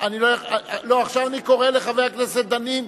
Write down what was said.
אני קובע שהצעת חוק טיפול בחולי נפש